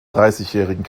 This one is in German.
dreißigjährigen